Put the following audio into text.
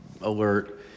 alert